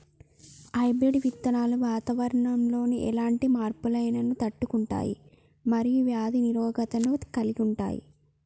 hybrid విత్తనాలు వాతావరణంలోని ఎలాంటి మార్పులనైనా తట్టుకుంటయ్ మరియు వ్యాధి నిరోధకతను కలిగుంటయ్